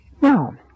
Now